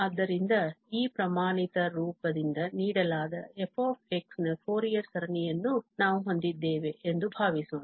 ಆದ್ದರಿಂದ ಈ ಪ್ರಮಾಣಿತ ರೂಪದಿಂದ ನೀಡಲಾದ f ನ ಫೋರಿಯರ್ ಸರಣಿಯನ್ನು ನಾವು ಹೊಂದಿದ್ದೇವೆ ಎಂದು ಭಾವಿಸೋಣ